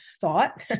thought